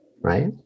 right